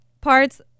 parts